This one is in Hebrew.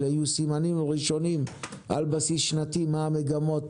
אלה יהיו סימנים ראשונים על בסיס שנתי מה המגמות